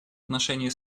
отношении